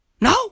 No